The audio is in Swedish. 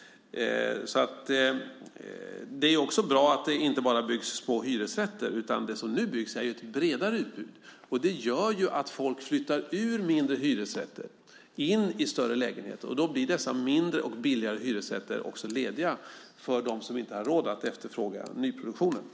Det är också bra att det inte enbart byggs hyresrätter. Nu byggs i stället så att vi får ett bredare utbud. Det gör att folk flyttar ut ur mindre hyresrätter och in i större. Därmed blir dessa mindre och billigare hyresrätter lediga för dem som inte har råd att efterfråga nyproducerade lägenheter.